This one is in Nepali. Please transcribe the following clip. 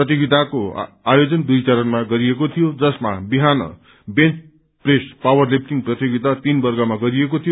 प्रतियोगिताको आयोजन दुइ चरणमा गरिएको थियो जसमा बिहान बेन्च प्रेस पावर लिफ्टिंग प्रतियोगिता तीन वर्गमा गरिएको थियो